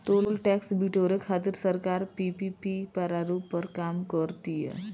toll tax बिटोरे खातिर सरकार पीपीपी प्रारूप पर काम कर तीय